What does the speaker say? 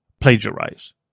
plagiarize